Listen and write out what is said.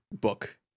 book